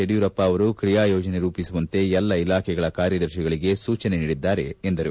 ಯಡಿಯೂರಪ್ಪ ಅವರು ಕ್ರಿಯಾ ಯೋಜನೆ ರೂಪಿಸುವಂತೆ ಎಲ್ಲಾ ಇಲಾಖೆಗಳ ಕಾರ್ಯದರ್ಶಿಗಳಿಗೆ ಸೂಜನೆ ನೀಡಿದ್ದಾರೆ ಎಂದರು